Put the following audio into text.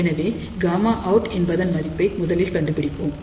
எனவே Γout என்பதன் மதிப்பை முதலில் கண்டுபிடிப்போம்